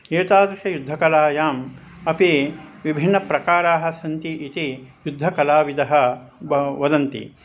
एतादृशयुद्धकलायाम् अपि विभिन्नप्रकाराः सन्ति इति युद्धकलाविधः वा वदन्ति